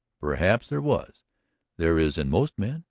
perhaps there was there is in most men.